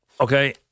Okay